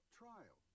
trial